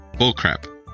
Bullcrap